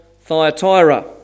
Thyatira